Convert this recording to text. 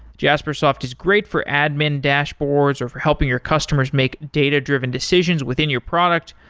jaspersoft is great for admin dashboards, or for helping your customers make data-driven decisions within your product,